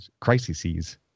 crises